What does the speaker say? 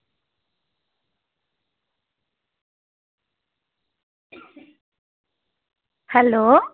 hello